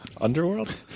Underworld